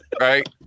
right